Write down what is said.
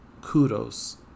kudos